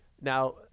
Now